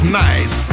nice